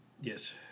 Yes